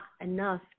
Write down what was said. enough